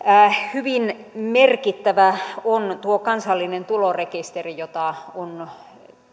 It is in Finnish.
hyvin merkittävä on tuo kansallinen tulorekisteri jota